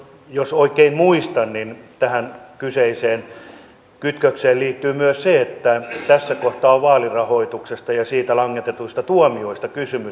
jos oikein muistan niin tähän kyseiseen kytkökseen liittyy myös se että tässä kohtaa on vaalirahoituksesta ja siitä langetetuista tuomioista kysymys